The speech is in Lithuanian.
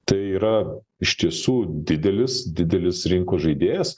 tai yra iš tiesų didelis didelis rinkos žaidėjas